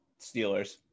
Steelers